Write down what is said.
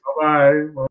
Bye-bye